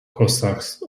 cossacks